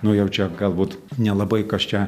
nu jau čia galbūt nelabai kas čia